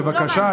בבקשה,